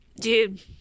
dude